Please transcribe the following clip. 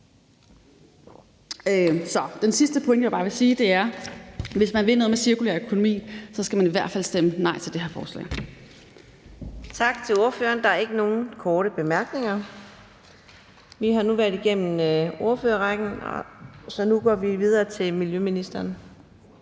Den sidste pointe, jeg bare vil komme med, er, at hvis man vil noget med cirkulær økonomi, skal man i hvert fald stemme nej til det her forslag. Kl. 15:57 Anden næstformand (Karina Adsbøl): Tak til ordføreren. Der er ikke nogen korte bemærkninger. Vi har nu været igennem ordførerrækken, så nu går vi videre til miljøministeren.